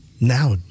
now